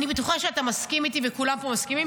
אני בטוחה שאתה מסכים איתי וכולם פה מסכימים